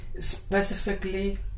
Specifically